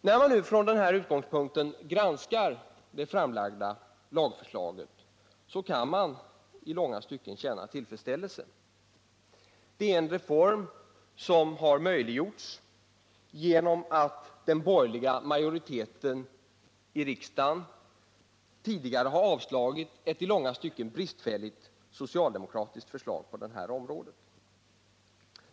När man nu från denna utgångspunkt granskar det framlagda lagförslaget kan man i långa stycken känna tillfredsställelse. Det är en reform som möjliggjorts genom att den borgerliga majoriteten i riksdagen tidigare har avslagit ett i långa stycken bristfälligt socialdemokratiskt förslag på det här området.